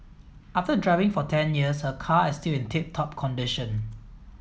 after driving for ten years her car is still in tip top condition